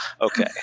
okay